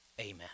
Amen